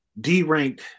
D-ranked